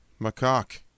macaque